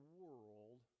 world